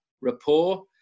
rapport